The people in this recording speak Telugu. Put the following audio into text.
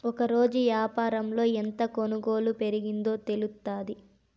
ఒకరోజు యాపారంలో ఎంత కొనుగోలు పెరిగిందో తెలుత్తాది